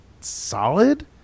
solid